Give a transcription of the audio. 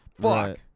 fuck